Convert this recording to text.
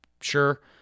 Sure